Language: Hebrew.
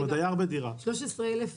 כלומר במרבית הדירות